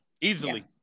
easily